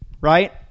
Right